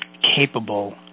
capable